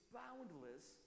boundless